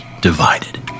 divided